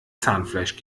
zahnfleisch